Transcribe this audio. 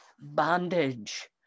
bondage